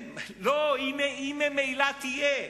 היא ממילא תהיה,